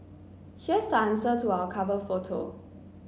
here's the answer to our cover photo